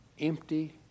empty